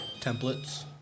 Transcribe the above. templates